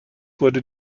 wurde